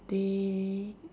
they